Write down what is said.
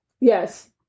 Yes